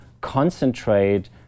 concentrate